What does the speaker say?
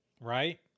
Right